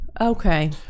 okay